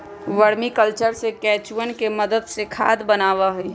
vermi culture में केंचुवन के मदद से खाद बनावा हई